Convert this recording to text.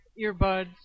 earbuds